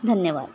धन्यवाद